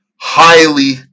highly